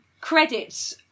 credits